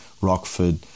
Rockford